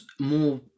more